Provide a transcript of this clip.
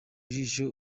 jisho